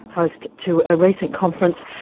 host to a recent conference,